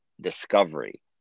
discovery